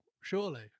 surely